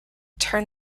turn